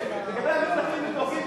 לגבי המתנחלים מה היתה עושה,